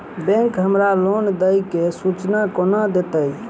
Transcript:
Bank हमरा loan देय केँ सूचना कोना देतय?